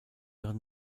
ihre